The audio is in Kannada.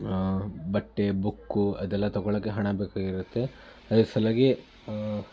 ಬಟ್ಟೆ ಬುಕ್ಕು ಅದೆಲ್ಲ ತೊಗೊಳ್ಳೋಕ್ಕೆ ಹಣ ಬೇಕಾಗಿರುತ್ತೆ ಅದ್ರ ಸಲುವಾಗಿ